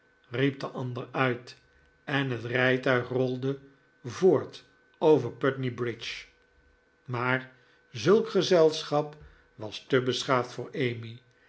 de ander uit en het rijtuig rolde voort over putney bridge maar zulk gezelschap was te beschaafd voor emmy